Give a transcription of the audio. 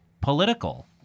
political